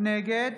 נגד